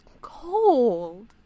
cold